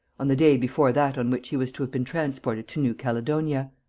on the day before that on which he was to have been transported to new caledonia.